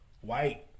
white